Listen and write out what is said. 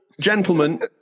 gentlemen